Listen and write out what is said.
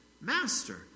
Master